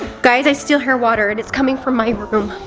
guys, i still hear water, and it's coming from my room.